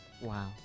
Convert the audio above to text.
Wow